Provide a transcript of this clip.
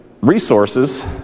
resources